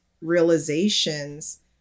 realizations